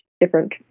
different